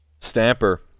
Stamper